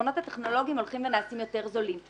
הפתרונות הטכנולוגיים הולכים ונעשים יותר זולים.